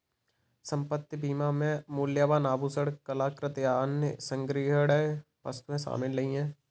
संपत्ति बीमा में मूल्यवान आभूषण, कलाकृति, या अन्य संग्रहणीय वस्तुएं शामिल नहीं हैं